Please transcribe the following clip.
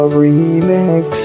remix